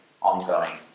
ongoing